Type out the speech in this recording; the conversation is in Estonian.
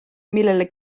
millele